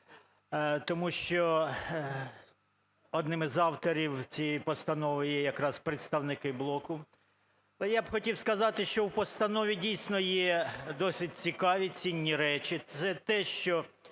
тому що одним із авторів цієї постанови є якраз представники "Блоку". Але я б хотів сказати, що в постанові дійсно є досить цікаві, цінні речі. Це те, що